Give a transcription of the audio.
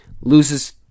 loses